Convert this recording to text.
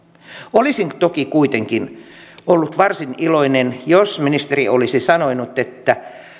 olisin toki kuitenkin ollut varsin iloinen jos ministeri olisi sanonut että